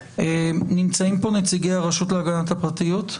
נמצאים פה נציגי הרשות להגנת הפרטיות?